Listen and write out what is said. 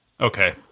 Okay